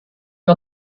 wir